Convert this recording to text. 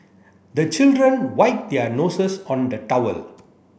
the children wipe their noses on the towel